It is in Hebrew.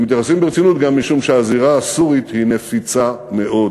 הם מתייחסים ברצינות גם משום שהזירה הסורית נפיצה מאוד